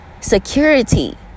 security